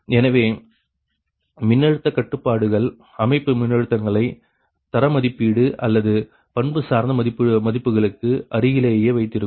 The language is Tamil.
எனவே மின்னழுத்த கட்டுப்பாடுகள் அமைப்பு மின்னழுத்தங்களை தரமதிப்பீட்டு அல்லது பண்புசார்ந்த மதிப்புகளுக்கு அருகிலேயே வைத்திருக்கும்